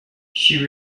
she